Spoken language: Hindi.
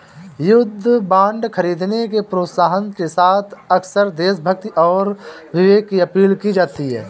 युद्ध बांड खरीदने के प्रोत्साहन के साथ अक्सर देशभक्ति और विवेक की अपील की जाती है